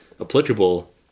applicable